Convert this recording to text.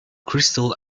crystal